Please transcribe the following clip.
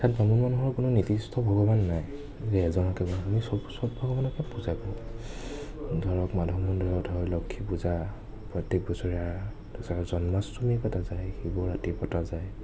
তাত বামুণ মানুহৰ কোনো নিৰ্দিষ্ট ভগৱান নাই যে এজন ভগৱানকে আমি চব চব ভগৱানকে পূজা কৰোঁ ধৰক মাধৱ মন্দিৰত লক্ষ্মী পূজা প্ৰত্য়েক বছৰীয়া জন্মাষ্টমী পতা যায় শিৱৰাত্ৰী পতা যায়